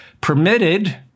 permitted